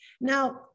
Now